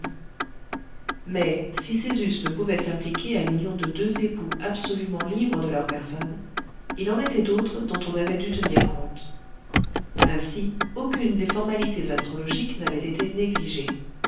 mais si ces us ne pouvaient s'appliquer à l'union de deux époux absolument libres de leurs personnes il en était d'autres dont on avait dû tenir compte ainsi aucune des formalités astrologiques n'avait été négligée